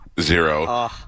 Zero